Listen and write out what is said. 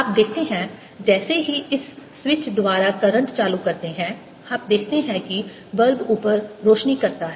आप देखते हैं जैसे ही इस स्विच द्वारा करंट चालू करते हैं आप देखते हैं कि बल्ब ऊपर रोशनी करता है